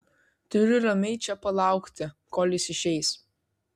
turiu ramiai čia palaukti kol jis išeis